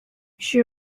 she